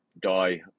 die